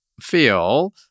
feel